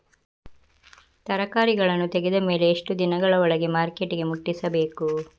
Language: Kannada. ತರಕಾರಿಗಳನ್ನು ತೆಗೆದ ಮೇಲೆ ಎಷ್ಟು ದಿನಗಳ ಒಳಗೆ ಮಾರ್ಕೆಟಿಗೆ ಮುಟ್ಟಿಸಬೇಕು?